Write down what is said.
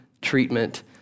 treatment